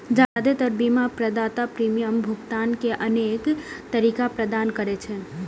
जादेतर बीमा प्रदाता प्रीमियम भुगतान के अनेक तरीका प्रदान करै छै